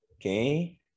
Okay